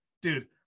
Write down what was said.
Dude